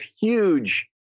huge